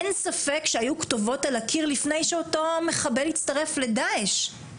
אין ספק שהיו כתובות על הקיר לפני שאותו מחבל הצטרף לדעאש.